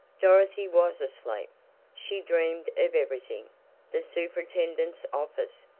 dorothy was asleep. she dreamed of everything the superintendent's office,